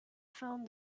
found